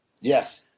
Yes